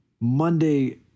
Monday